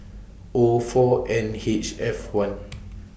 O four N H F one